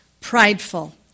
Prideful